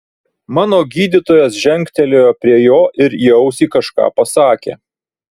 mano gydytojas žengtelėjo prie jo ir į ausį kažką pasakė